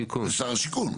שר השיכון.